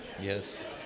Yes